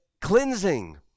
cleansing